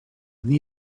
dni